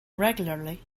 regularly